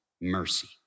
mercy